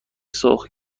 سرخ